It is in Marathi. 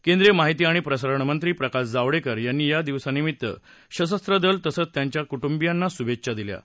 केंद्रीय माहिती आणि प्रसारणमंत्री प्रकाश जावडेकर यांनी या दिनानिमित्त सशस्त्र दल तसंच त्यांच्या कूट्रंबियांना शुभेच्छा दिल्या आहेत